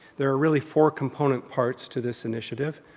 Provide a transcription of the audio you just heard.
there are really four component parts to this initiative.